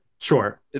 sure